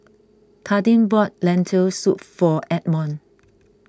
Kadin bought Lentil Soup for Edmon